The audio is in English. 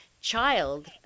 child